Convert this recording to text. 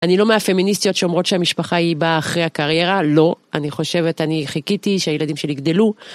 אני לא מהפמיניסטיות שאומרות שהמשפחה היא באה אחרי הקריירה, לא. אני חושבת, אני חיכיתי שהילדים שלי יגדלו.